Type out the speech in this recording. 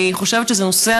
אני חושבת שזה נושא,